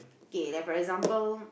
kay like for example